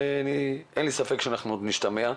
אין לי ספק שאנחנו עוד נשתמע.